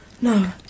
No